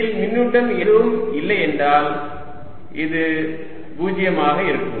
இடையில் மின்னூட்டம் ஏதும் இல்லை என்றால் இது 0 ஆக இருக்கும்